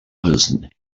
person